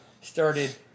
started